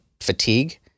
fatigue